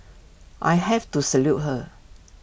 I have to salute her